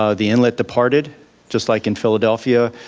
ah the inlet departed just like in philadelphia.